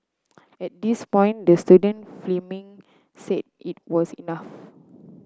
at this point the student filming said it was enough